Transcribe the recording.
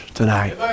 tonight